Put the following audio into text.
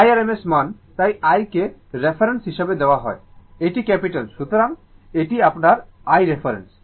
I rms মান তাই I কে রেফারেন্স হিসাবে নেওয়া হয় এটি ক্যাপিটাল I সুতরাং এটি আপনার I রেফারেন্স